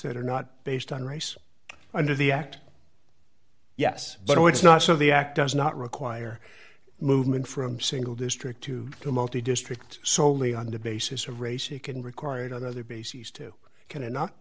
that are not based on race under the act yes but it's not so the act does not require movement from single district to the multi district solely on the basis of race it can record on other bases to